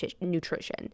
nutrition